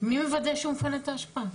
מי מוודא שהוא מפנה את האשפה?